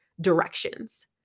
directions